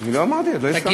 לא אמרתי עוד.